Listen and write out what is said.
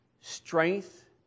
strength